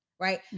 Right